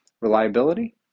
Reliability